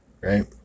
right